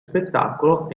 spettacolo